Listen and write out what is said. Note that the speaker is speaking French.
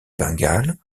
bengale